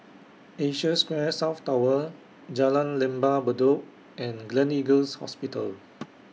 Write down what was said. Asia Square South Tower Jalan Lembah Bedok and Gleneagles Hospital